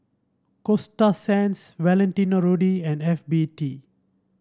Coasta Sands Valentino Rudy and F B T